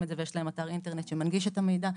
את זה ויש להם אתר אינטרנט שמנגיש את המידע,